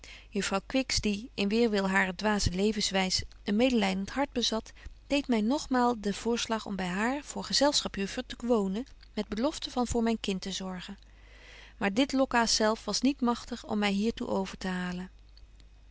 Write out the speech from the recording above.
kwiks die in weerwil harer dwaze levenswys een medelydent hart bezat deedt my nogmaal den voorslag om by haar voor gezelschap juffer te wonen met belofte van voor myn kind te zorgen maar dit